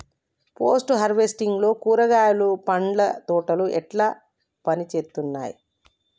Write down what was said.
Post harvesting లో కూరగాయలు పండ్ల తోటలు ఎట్లా పనిచేత్తనయ్?